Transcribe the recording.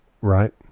Right